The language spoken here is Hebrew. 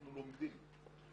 אנחנו לומדים.